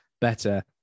better